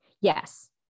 Yes